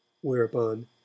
whereupon